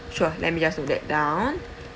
sure let me just note that down